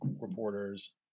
reporters